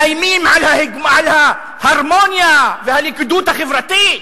מאיימים על ההרמוניה והלכידות החברתית?